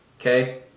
Okay